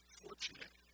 fortunate